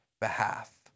behalf